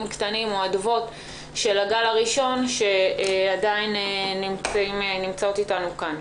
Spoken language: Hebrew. קטנים או אדוות של הגל הראשון שעדיין נמצאות אתנו כאן.